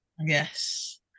Yes